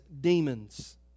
demons